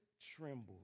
trembled